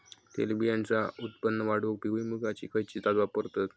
तेलबियांचा उत्पन्न वाढवूक भुईमूगाची खयची जात वापरतत?